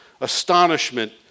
astonishment